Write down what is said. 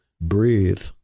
breathe